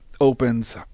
opens